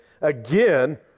again